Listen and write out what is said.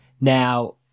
Now